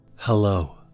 Hello